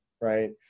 right